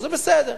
וזה בסדר.